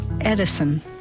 Edison